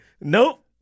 nope